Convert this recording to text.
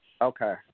Okay